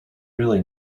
really